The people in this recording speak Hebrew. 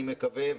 אני מקווה,